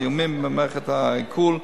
זיהומים במערכת העיכול,